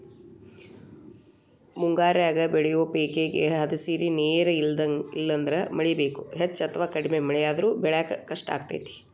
ಮುಂಗಾರ್ಯಾಗ ಬೆಳಿಯೋ ಪೇಕೇಗೆ ಹದಸಿರಿ ನೇರ ಇಲ್ಲಂದ್ರ ಮಳಿ ಬೇಕು, ಹೆಚ್ಚ ಅಥವಾ ಕಡಿಮೆ ಮಳೆಯಾದ್ರೂ ಬೆಳ್ಯಾಕ ಕಷ್ಟಾಗ್ತೇತಿ